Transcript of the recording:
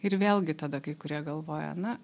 ir vėlgi tada kai kurie galvoja na